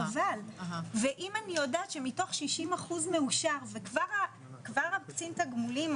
חבל ואם אני יודעת שמתוך 60 אחוז מאושר וכבר הקצין תגמולים,